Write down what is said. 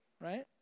right